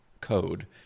code